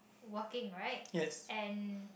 working right and